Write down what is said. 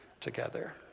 together